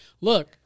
look